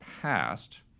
passed